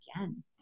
again